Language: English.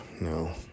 no